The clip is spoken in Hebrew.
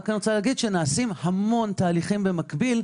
נעשים המון תהליכים במקביל.